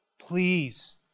Please